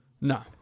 No